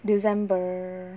december